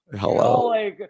hello